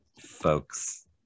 folks